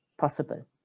possible